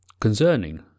concerning